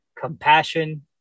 compassion